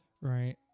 right